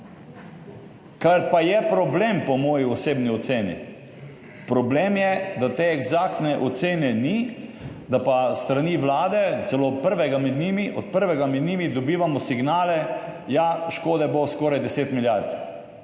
Kar pa je problem, po moji osebni oceni. Problem je, da te eksaktne ocene ni, da pa s strani Vlade celo od prvega med njimi dobivamo signale, ja, škode bo skoraj deset milijard.